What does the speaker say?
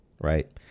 right